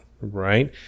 Right